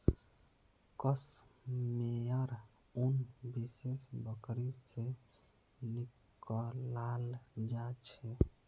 कश मेयर उन विशेष बकरी से निकलाल जा छे